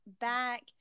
back